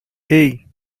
hey